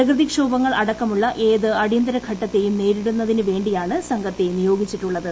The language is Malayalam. പ്രകൃതിക്ഷോഭങ്ങൾ അടക്കമുള്ള ഏത് അടിയന്തിര ഘട്ടത്തെയും നേരിടുന്നതിനു വേണ്ടിയാണ് സംഘത്തെ നിയോഗിച്ചിട്ടുള്ളത്